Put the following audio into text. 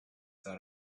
got